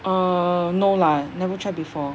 err no lah never try before